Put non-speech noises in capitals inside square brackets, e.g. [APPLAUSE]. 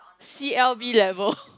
C_L_V level [LAUGHS]